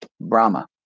Brahma